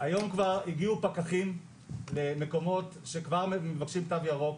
היום הגיעו פקחים למקומות שכבר מבקשים תו ירוק,